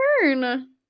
turn